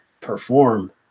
perform